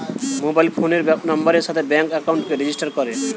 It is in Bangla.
মোবাইল ফোনের নাম্বারের সাথে ব্যাঙ্ক একাউন্টকে রেজিস্টার করে